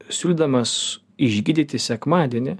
siūdamas išgydyti sekmadienį